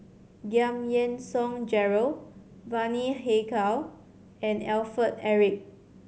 Giam Yean Song Gerald Bani Haykal and Alfred Eric